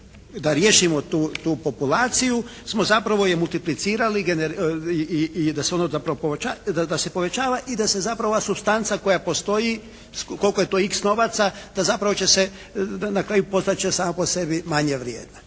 da riješimo tu populaciju smo zapravo je multiplicirali i da se povećava i da se zapravo ova supstanca koja postoji koliko je to x novaca da zapravo će se, na kraju postat će sama po sebi manje vrijedna.